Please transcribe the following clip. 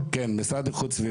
תכניות,